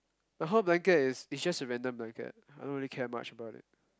the hall blanket is is just a random blanket I don't really care much about it